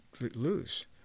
lose